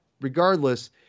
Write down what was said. regardless